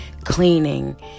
cleaning